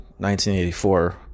1984